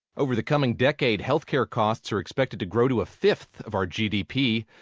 over the coming decade, health care costs are expected to grow to a fifth of our gdp.